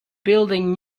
building